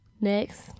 Next